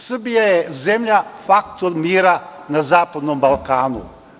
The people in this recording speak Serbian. Srbija je zemlja faktor mira na zapadnom Balkanu.